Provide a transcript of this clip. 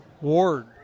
Ward